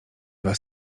was